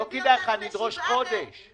זה מביא אותנו ל-7 באוגוסט.